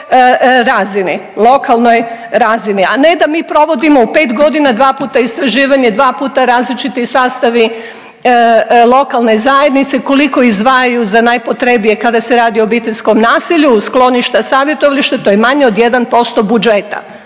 razini lokalnoj razini, a ne da mi provodimo u pet godina dva puta istraživanje, dva puta različiti sastavi lokalne zajednice koliko izdvajaju za najpotrebije kada se radi o obiteljskom nasilju u skloništa, savjetovališta to je manje od 1% budžeta.